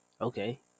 Okay